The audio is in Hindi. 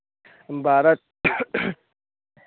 बारह